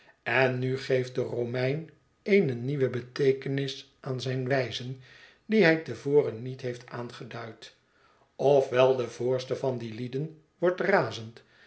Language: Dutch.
en nu geeft de romein eene nieuwe beteekenis aan zijn wijzen die hij te voren niet heeft aangeduid of wel de voorste van die lieden wordt razend